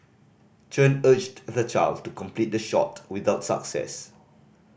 Chen urged the child to complete the shot without success